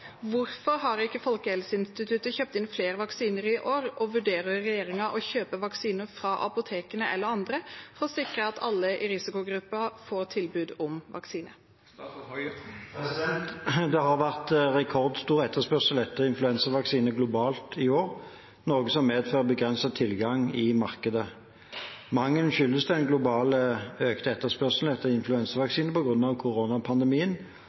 Hvorfor har ikke FHI kjøpt inn flere vaksiner i år, og vurderer regjeringen å kjøpe vaksiner fra apotekene eller andre for å sikre at alle i risikogruppen får tilbud om vaksine?» Det har vært rekordstor etterspørsel etter influensavaksine globalt i år, noe som medfører begrenset tilgang i markedet. Mangelen skyldes den økte globale etterspørselen etter influensavaksine på grunn av koronapandemien